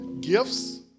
gifts